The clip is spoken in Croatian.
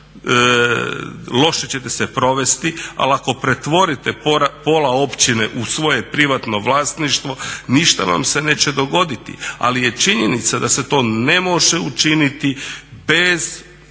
loše ćete se provesti, ali ako pretvorite pola općine u svoje privatno vlasništvo ništa vam se neće dogoditi. Ali je činjenica da se to ne može učiniti bez